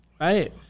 Right